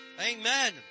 amen